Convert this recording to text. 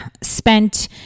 spent